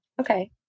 Okay